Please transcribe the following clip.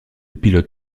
pilote